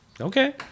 Okay